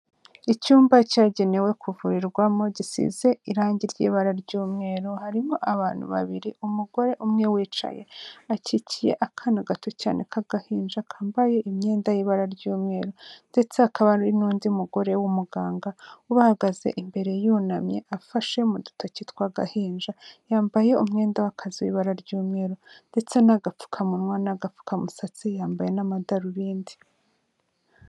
Icyumba cyagenewe kuvurirwamo gisize irangi ry'ibara ry'umweru, harimo abantu babiri umugore umwe wicaye akikiye akana gato cyane k'agahinja kambaye imyenda y'ibara ry'umweru, ndetse hakaba hari n'undi mugore w'umuganga ubahagaze imbere yunamye afashe mu dutoki tw'agahinja, yambaye umwenda w'akazi ibara ry'umweru ndetse n'agapfukamunwa n'agapfukamusatsi yambaye n'amadarubindi.